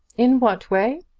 in what way?